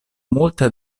multe